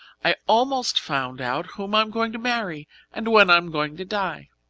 i almost found out whom i'm going to marry and when i'm going to die.